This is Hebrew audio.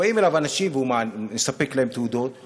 באים אליו אנשים והוא מספק להם תעודות,